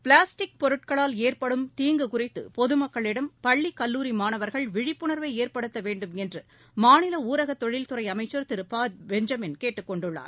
plastic பொருட்களால் ஏற்படும் தீங்கு குறித்து பொது மக்களிடம் பள்ளிக் கல்லூரி மாணவர்கள் விழிப்புணர்வை ஏற்படுத்த வேண்டுமென்று மாநில ஊரகத் தொழில்துறை அமைச்சர் திரு பா பெஞ்சமின் கேட்டுக் கொண்டுள்ளார்